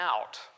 out